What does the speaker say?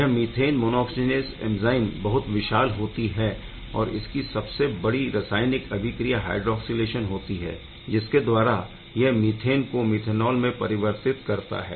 यह methane monooxygenase enzyme बहुत विशाल होती है और इसकी सबसे बड़ी रासायनिक अभिक्रिया हायड्राक्सीलेशन होती है जिसके द्वारा यह मीथेन को मीथेनॉल में परिवर्तित करता है